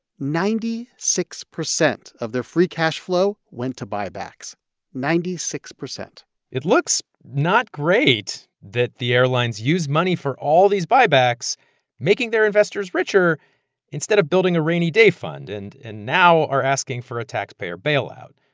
ninety six percent of their free cash flow went to buybacks ninety six point it looks not great that the airlines used money for all these buybacks making their investors richer instead of building a rainy-day fund and and now are asking for a taxpayer bailout.